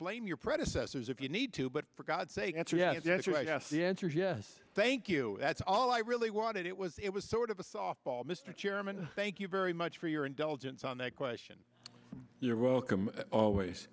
blame your predecessors if you need to but for god's sake answer yes yes yes the answer is yes thank you that's all i really wanted it was it was sort of a softball mr chairman thank you very much for your indulgence on that question you're welcome always